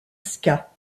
ska